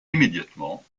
immédiatement